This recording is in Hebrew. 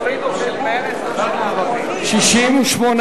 קבוצת סיעת חד"ש וקבוצת סיעת רע"ם-תע"ל לשם החוק לא נתקבלה.